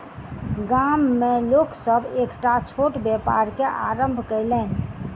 गाम में लोक सभ एकटा छोट व्यापार के आरम्भ कयलैन